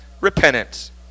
repentance